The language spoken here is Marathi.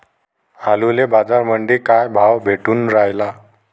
आलूले बाजारामंदी काय भाव भेटून रायला?